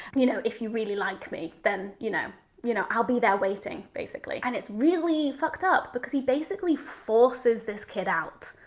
you know if you really liked me, then you know you know i'll be there waiting, basically. and it's really fucked up because he basically forces this kid out.